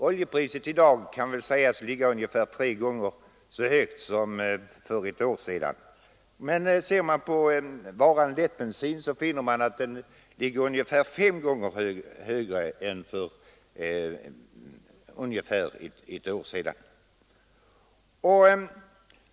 Oljepriset kan i dag sägas ligga ungefär tre gånger så högt som för ett år sedan. Men ser man på varan lättbensin finner man att priset är ungefär fem gånger högre än för ett år sedan.